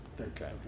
okay